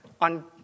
on